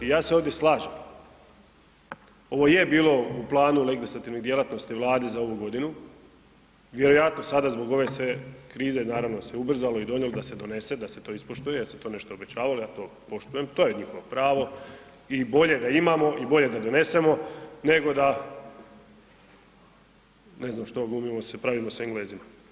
Ja se ovdje slažem, ovo je bilo u planu … [[Govornik se ne razumije]] djelatnosti Vlade za ovu godinu, vjerojatno sada zbog ove sve krize naravno se ubrzalo i donijelo da se donese, da se to ispoštuje, da se to nešto obećavalo, ja to poštujem, to je njihovo pravo i bolje da imamo i bolje da donesemo nego da, ne znam što, glumimo se, pravimo se Englezima.